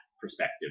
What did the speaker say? perspective